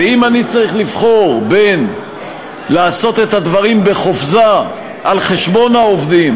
ואם אני צריך לבחור בין לעשות את הדברים בחופזה על חשבון העובדים